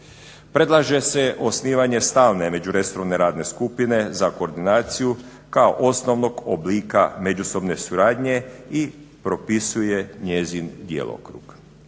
Predlaže se osnivanje stalne međuresorne radne skupine za koordinaciju kao osnovnog oblika međusobne suradnje i propisuje njezin djelokrug.